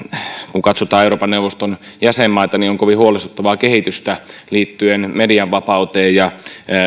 kun katsotaan euroopan neuvoston jäsenmaita on kovin huolestuttavaa kehitystä liittyen medianvapauteen ja